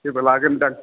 सोरबा लागोन दां